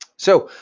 so,